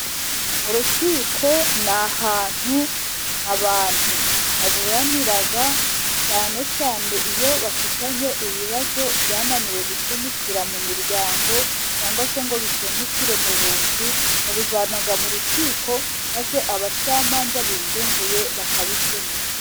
Mu rukiko nta ahantu, abantu baburanira, cyane cyane iyo bafitanye ibibazo byananiwe gukemukira mu miryango, cyangwa se ngo bikemukire mu bunzi, babijyana mu rukiko maze abacamanza bisumbuye bakabikemura.